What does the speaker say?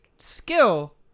skill